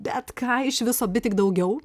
bet ką iš viso bet tik daugiau